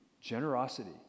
generosity